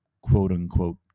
quote-unquote